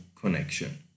connection